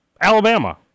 Alabama